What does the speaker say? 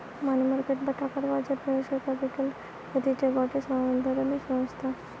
মানি market বা টাকার বাজার ভেঞ্চার ক্যাপিটাল হতিছে গটে ধরণের সংস্থা